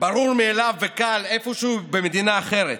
ברור מאליו וקל איפשהו במדינה אחרת,